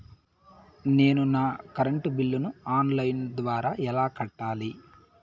నేను నా కరెంటు బిల్లును ఆన్ లైను ద్వారా ఎలా కట్టాలి?